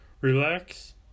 relax